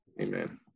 Amen